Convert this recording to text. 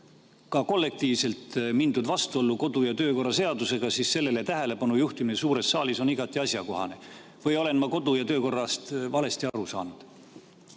on kollektiivselt läinud räigelt vastuollu kodu- ja töökorra seadusega, siis sellele tähelepanu juhtimine suures saalis on igati asjakohane. Või olen ma kodu- ja töökorrast valesti aru saanud?